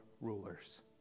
rulers